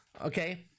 Okay